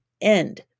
end